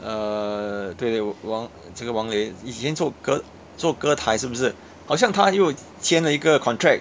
err 对对王这个王雷以前做歌做歌台是不是好像他又签了一个 contract